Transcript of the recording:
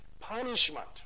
Punishment